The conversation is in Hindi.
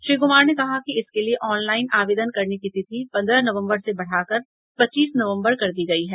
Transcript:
श्री कुमार ने कहा कि इसके लिये ऑनलाईन आवेदन करने की तिथि पंद्रह नवम्बर से बढ़ाकर पच्चीस नवम्बर कर दी गयी है